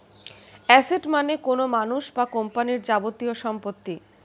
asset মানে কোনো মানুষ বা কোম্পানির যাবতীয় সম্পত্তি